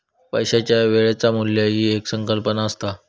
पैशाच्या वेळेचा मू्ल्य ही एक संकल्पना असता